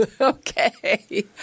Okay